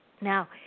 Now